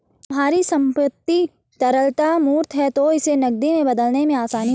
तुम्हारी संपत्ति तरलता मूर्त है तो इसे नकदी में बदलने में आसानी होगी